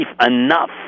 enough